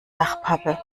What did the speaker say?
dachpappe